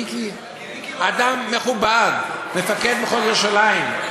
מיקי, מיקי אדם מכובד, מפקד מחוז ירושלים.